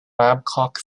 babcock